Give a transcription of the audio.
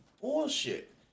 bullshit